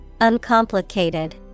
Uncomplicated